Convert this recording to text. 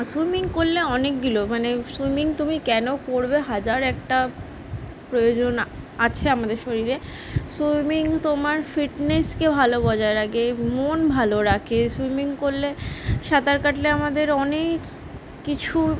swimming করলে অনেকগুলো মানে সুইমিং তুমি কেন করবে হাজার একটা প্রয়োজন আছে আমাদের শরীরে সুইমিং তোমার ফিটনেসকে ভালো বজায় রাখে মন ভালো রাখে সুইমিং করলে সাঁতার কাটলে আমাদের অনেক কিছু